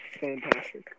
Fantastic